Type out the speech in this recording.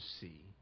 see